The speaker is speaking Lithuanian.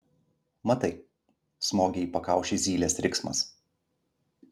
matai smogė į pakaušį zylės riksmas